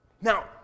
Now